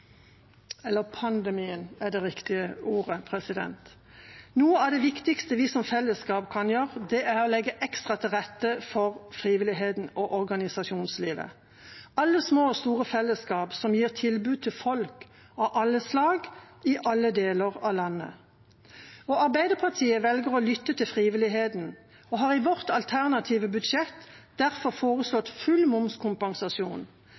Noe av det viktigste vi som fellesskap kan gjøre, er å legge ekstra til rette for frivilligheten og organisasjonslivet – alle små og store fellesskap som gir tilbud til folk av alle slag, i alle deler av landet. Arbeiderpartiet velger å lytte til frivilligheten og har i vårt alternative budsjett derfor